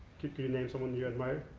you you name someone you admire?